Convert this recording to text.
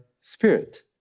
spirit